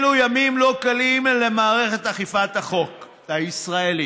אלו ימים לא קלים למערכת אכיפת החוק הישראלית.